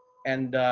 and